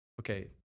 okay